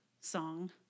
song